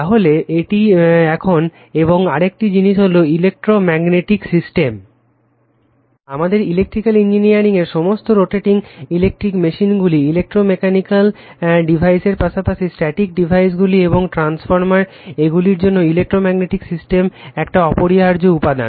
তাহলে এটি এখন এবং আরেকটি জিনিস হল ইলেক্ট্রোম্যাগনেটিক সিস্টেম আমাদের ইলেকট্রিক্যাল ইঞ্জিনিয়ারিং এর সমস্ত রোটেটিং ইলেকট্রিক মেশিনগুলি ইলেক্ট্রোমেকানিক্যাল ডিভাইসের পাশাপাশি স্ট্যাটিক ডিভাইসগুলি যেমন ট্রান্সফরমার এগুলির জন্য ইলেকট্রোম্যাগনেটিক সিস্টেম একটি অপরিহার্য উপাদান